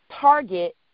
target